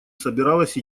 собиралась